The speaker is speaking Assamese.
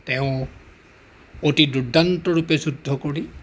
তেওঁ অতি দুৰ্দান্ত ৰূপে যুদ্ধ কৰি